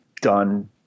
done